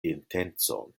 intencon